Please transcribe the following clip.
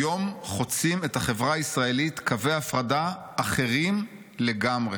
היום חוצים את החברה הישראלית קווי הפרדה אחרים לגמרי".